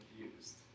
confused